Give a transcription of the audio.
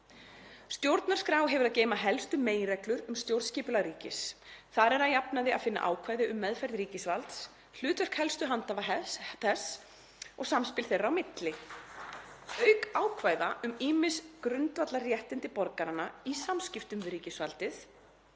„Stjórnarskrá hefur að geyma helstu meginreglur um stjórnskipulag ríkis. Þar er að jafnaði að finna ákvæði um meðferð ríkisvalds, hlutverk helstu handhafa þess og samspil þeirra á milli, auk ákvæða um ýmis grundvallarréttindi borgaranna í samskiptum við ríkisvaldið